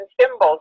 symbols